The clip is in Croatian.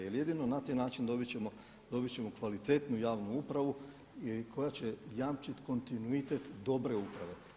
Jer jedino na taj način dobit ćemo kvalitetnu javnu upravu koja će jamčiti kontinuitet dobre uprave.